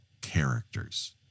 characters